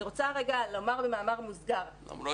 אני רוצה לומר במאמר מוסגר -- למרות